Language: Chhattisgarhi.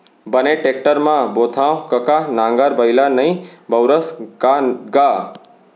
बने टेक्टर म बोथँव कका नांगर बइला नइ बउरस का गा?